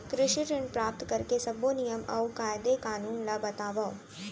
कृषि ऋण प्राप्त करेके सब्बो नियम अऊ कायदे कानून ला बतावव?